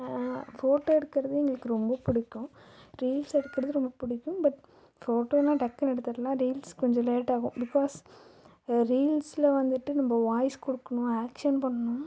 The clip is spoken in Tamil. ஃபோட்டோ எடுக்கிறது எங்களுக்கு ரொம்ப பிடிக்கும் ரீல்ஸ் எடுக்கிறது ரொம்ப பிடிக்கும் பட் ஃபோட்டோனால் டக்குன்னு எடுத்துடலாம் ரீல்ஸ் கொஞ்சம் லேட் ஆகும் பிகாஸ் ஏ ரீல்ஸில் வந்துட்டு நம்ம வாய்ஸ் கொடுக்கணும் ஆக்ஷன் பண்ணணும்